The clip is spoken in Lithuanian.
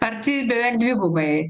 arti beveik dvigubai